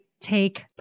take